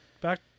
Back